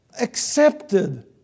accepted